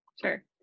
Sure